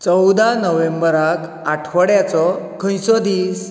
चवदा नोवेंबराक आठवड्याचो खंयचो दीस